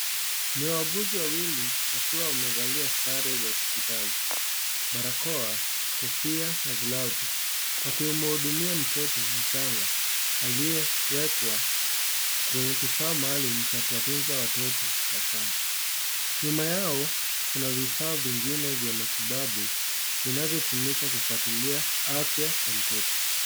Ni wauguzi wawili wakiwa wamevalia sare za hospitali barakoa, kofia na glavu wakihudumia mtoto mchanga aliyewekwa kwenye kifaa maalum cha kuwatunza watoto wachanga. Nyuma yao kuna vifaa vingine vya matibabu vinavyotumika kufuatilia afya ya mtoto.